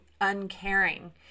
uncaring